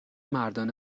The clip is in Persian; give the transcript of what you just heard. مردان